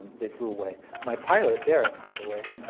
they flew away. my pilot, derek, by the way,